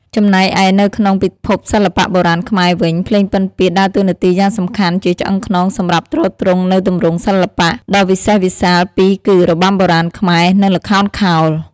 ចំណែកឯនៅក្នុងពិភពសិល្បៈបុរាណខ្មែរវិញ ភ្លេងពិណពាទ្យ ដើរតួនាទីយ៉ាងសំខាន់ជាឆ្អឹងខ្នងសម្រាប់ទ្រទ្រង់នូវទម្រង់សិល្បៈដ៏វិសេសវិសាលពីរគឺ របាំបុរាណខ្មែរ និង ល្ខោនខោល។